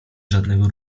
żadnego